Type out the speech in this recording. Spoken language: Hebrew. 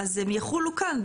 אז הם יחולו כאן,